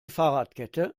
fahrradkette